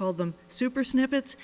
called them super snippets